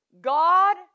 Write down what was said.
God